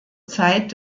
zeit